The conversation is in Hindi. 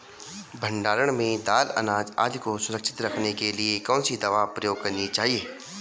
भण्डारण में दाल अनाज आदि को सुरक्षित रखने के लिए कौन सी दवा प्रयोग करनी चाहिए?